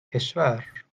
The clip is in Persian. کشور